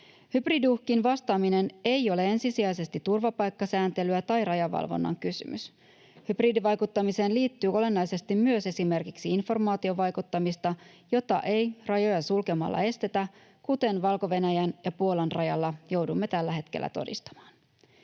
Hybridiuhkiin vastaaminen ei ole ensisijaisesti turvapaikkasääntelyä tai rajavalvonnan kysymys. Hybridivaikuttamiseen liittyy olennaisesti myös esimerkiksi informaatiovaikuttamista, jota ei rajoja sulkemalla estetä, kuten Valko-Venäjän ja Puolan rajalla joudumme tällä hetkellä todistamaan.